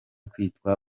kwitwa